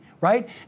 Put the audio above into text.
right